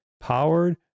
powered